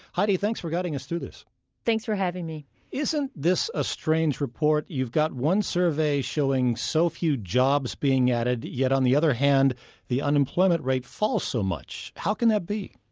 heidi, thanks for guiding us through this thanks for having me isn't this a strange report? you've got one survey showing so few jobs being added, yet on the other hand the unemployment rate falls so much. how can that be?